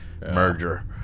merger